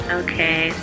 okay